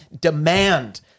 demand